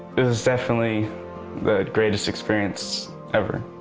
it was definitely the greatest experience ever,